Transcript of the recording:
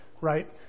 right